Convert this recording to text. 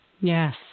Yes